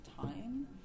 time